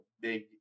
big